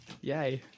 Yay